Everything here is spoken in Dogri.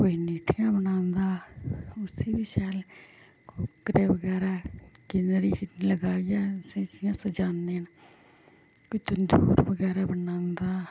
कोई निठियां बनांदा उसी बी शैल कुक्करे बगैरा किन्निरी सिन्रिरी लगाइयै उसी अस इ'यां सजान्ने न कोई तंदूर बगैरा बनांदा